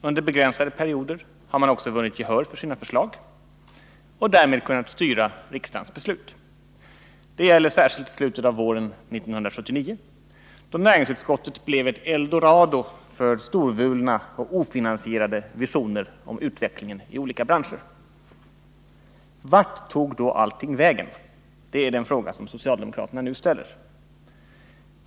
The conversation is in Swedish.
Under begränsade perioder har man också vunnit gehör för sina förslag och därmed kunnat styra riksdagens beslut. Det gäller särskilt slutet av våren 1979, då näringsutskottet blev ett eldorado för storvulna och ofinansierade visioner om utvecklingen i olika branscher. Vart tog då allting vägen? Det är den fråga som socialdemokraterna nu ställer sig.